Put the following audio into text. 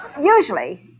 usually